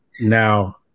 Now